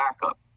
backup